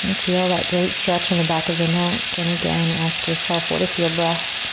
and feel that great stretch in the back of the neck and again, ask yourself, what if your breath